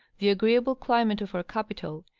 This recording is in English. the agreeable climate of our capital,